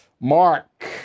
Mark